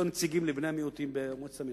נציגים לבני המיעוטים במועצת המינהל?